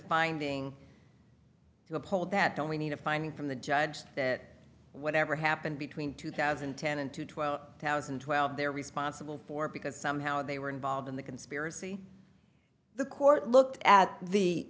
finding to uphold that don't we need a finding from the judge that whatever happened between two thousand and ten and two twelve thousand and twelve they're responsible for it because somehow they were involved in the conspiracy the court looked at the